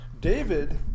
david